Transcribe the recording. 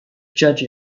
judge